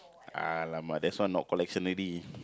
!alamak! there's one not collection already